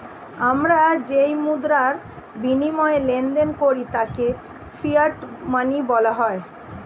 আমরা যেই মুদ্রার বিনিময়ে লেনদেন করি তাকে ফিয়াট মানি বলা হয়